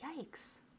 yikes